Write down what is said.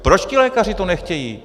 Proč ti lékaři to nechtějí?